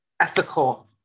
ethical